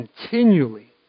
continually